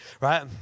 right